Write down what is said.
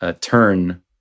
turn